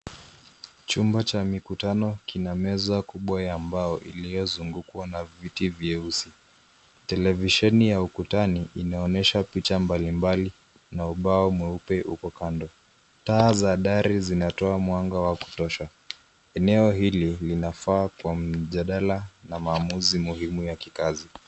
Chumba cha mikutano kina meza kubwa ya mbao iliyozungukwa na viti vyeusi. Televisheni ya ukutani inaonyesha picha mbalimbali na ubao mweupe uko kando. Taa za dari zinatoa mwanga wa kutosha. Eneo hili linafaa kwa mjadala na maumuzi muhimu ya kikazi.